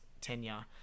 tenure